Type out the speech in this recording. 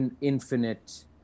infinite